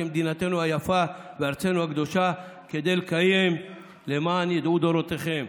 מדינתנו היפה וארצנו הקדושה כדי לקיים "למען ידעו דֹרֹתיכם"